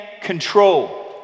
control